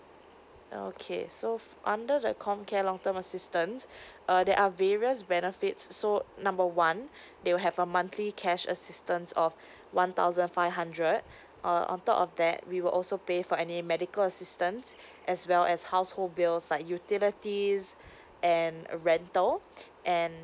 okay so f~ under the comcare long term assistance uh there are various benefits so number one they will have a monthly cash assistance of one thousand five hundred uh on top of that we were also pay for any medical assistance as well as household bills like utilities and rental and